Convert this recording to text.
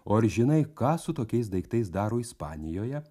o ar žinai ką su tokiais daiktais daro ispanijoje